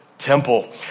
temple